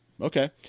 Okay